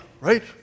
right